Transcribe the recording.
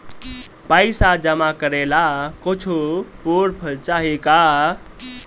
पैसा जमा करे ला कुछु पूर्फ चाहि का?